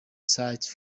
site